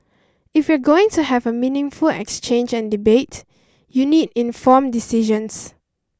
if you're going to have a meaningful exchange and debate you need informed decisions